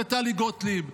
טלי גוטליב,